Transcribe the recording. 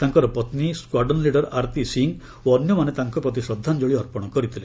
ତାଙ୍କର ପତ୍ନୀ squadron leader Arati Singh ଓ ଅନ୍ୟମାନେ ତାଙ୍କ ପ୍ରତି ଶ୍ରଦ୍ଧାଞ୍ଜଳି ଅର୍ପଣ କରିଥିଲେ